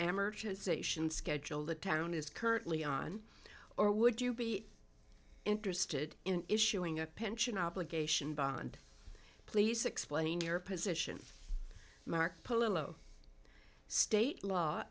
amortization schedule the town is currently on or would you be interested in issuing a pension obligation bond please explain your position mark polo state law